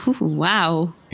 Wow